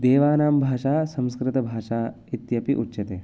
देवानां भाषा संस्कृतभाषा इत्यपि उच्यते